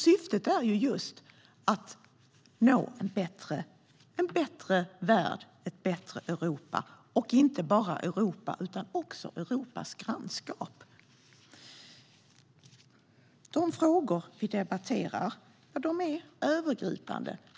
Syftet är ju just att nå en bättre värld, ett bättre Europa, och inte bara Europa utan också Europas grannskap.De frågor vi debatterar är övergripande.